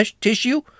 tissue